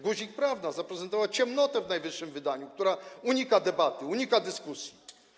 Guzik prawda, zaprezentował ciemnotę w najwyższym wydaniu, która unika debaty, unika dyskusji.